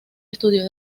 estudió